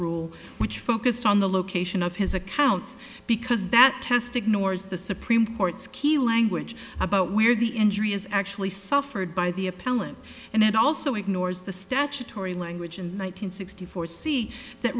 rule which focused on the location of his accounts because that test ignores the supreme court's key language about where the injury is actually suffered by the appellant and it also ignores the statutory language in one nine hundred sixty four see that